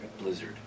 blizzard